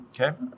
okay